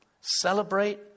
celebrate